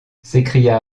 s’écria